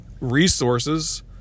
resources